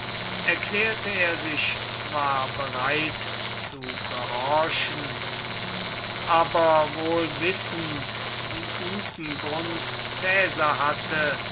erklärte er sich zwar bereit zu gehorchen aber wohl wissend wie guten grund caesar hatte